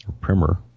Primer